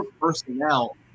personnel